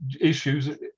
issues